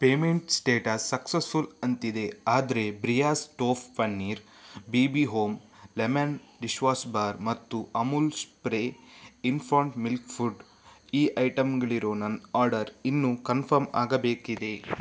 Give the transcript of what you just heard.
payment status successful ಅಂತಿದೆ ಆದರೆ Briyas tofu paneer B B home lemon dishwash bar ಮತ್ತು Amul spray infant milk food ಈ ಐಟಮ್ಗಳಿರೋ ನನ್ನ ಆರ್ಡರ್ ಇನ್ನು ಕನ್ಫರ್ಮ್ ಆಗಬೇಕಿದೆ